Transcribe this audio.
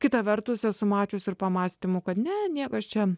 kita vertus esu mačiusi ir pamąstymų kad ne niekas čia